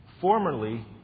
formerly